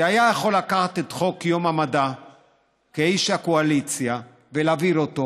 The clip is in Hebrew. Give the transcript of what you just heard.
שהיה יכול לקחת את יום המדע כאיש הקואליציה ולהעביר אותו,